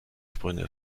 sprünge